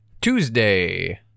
Tuesday